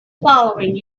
following